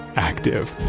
active